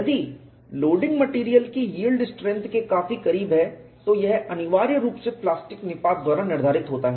यदि loading material की yield strength के काफी करीब है तो यह अनिवार्य रूप से प्लास्टिक निपात द्वारा निर्धारित होता है